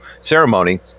ceremony